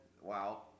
wow